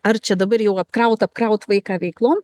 ar čia dabar jau apkraut apkraut vaiką veiklom